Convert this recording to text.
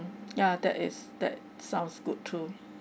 ya that is that sounds good too